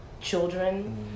children